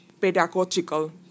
pedagogical